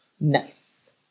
nice